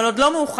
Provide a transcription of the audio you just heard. אבל עוד לא מאוחר,